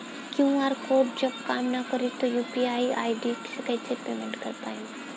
QR code जब काम ना करी त यू.पी.आई आई.डी से कइसे पेमेंट कर पाएम?